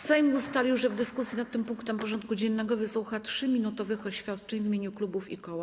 Sejm ustalił, że w dyskusji nad tym punktem porządku dziennego wysłucha 3-minutowych oświadczeń w imieniu klubów i koła.